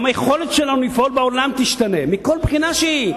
גם היכולת שלנו לפעול בעולם תשתנה מכל בחינה שהיא.